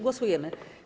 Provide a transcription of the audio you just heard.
Głosujemy.